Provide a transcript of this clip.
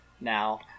now